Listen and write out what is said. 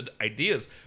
ideas